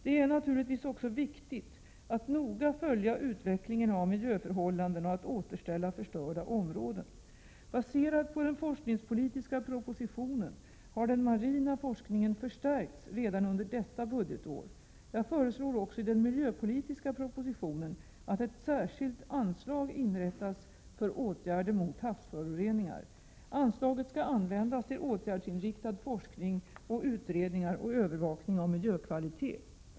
Det är naturligtvis också viktigt att noga följa utvecklingen av miljöförhållandena och att återställa förstörda områden. Baserat på den forskningspolitiska propositionen har den marina forskningen förstärkts redan under detta budgetår. Jag föreslår också i den miljöpolitiska propositionen att ett särskilt anslag inrättas för åtgärder mot havsföroreningar. Anslaget skall användas till åtgärdsinriktad forskning och utredningar och övervakning av miljökvalitet.